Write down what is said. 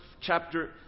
chapter